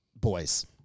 boys